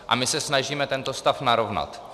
A my se snažíme tento stav narovnat.